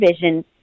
vision